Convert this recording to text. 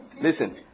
Listen